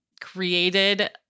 created